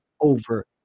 over